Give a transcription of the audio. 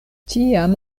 tiam